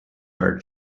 are